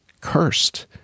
Cursed